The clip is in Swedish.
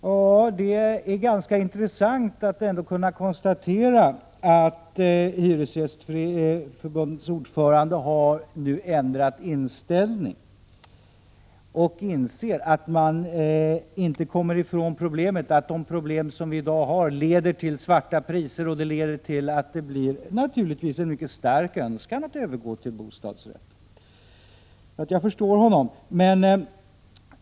Ja, det är ganska intressant att kunna konstatera att Hyresgästernas riksförbunds ordförande har ändrat inställning och nu inser att man inte kommer ifrån problemen, utan att de problem som finns i dag leder till svarta priser och — naturligtvis — en mycket stark önskan om övergång till bostadsrätter. Jag förstår honom.